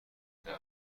دمای